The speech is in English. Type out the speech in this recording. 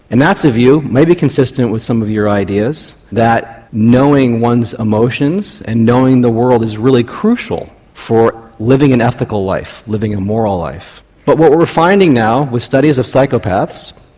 and that's a view maybe consistent with some of your ideas, that knowing one's emotions and knowing the world is really crucial for living an ethical life, living a moral life. but what we're finding now with studies of psychopaths,